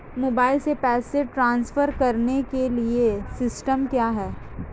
Mobile से पैसे transfer करने के लिए सिस्टम क्या है?